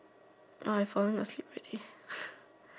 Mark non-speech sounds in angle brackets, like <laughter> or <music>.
I falling asleep already <noise>